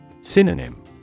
Synonym